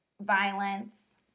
violence